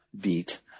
beat